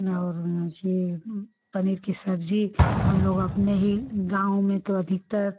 और यह पनीर की सब्ज़ी हमलोग अपने ही गाँव में तो अधिकतर